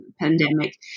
pandemic